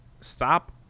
Stop